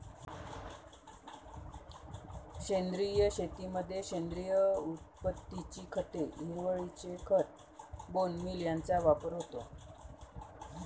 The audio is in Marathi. सेंद्रिय शेतीमध्ये सेंद्रिय उत्पत्तीची खते, हिरवळीचे खत, बोन मील यांचा वापर होतो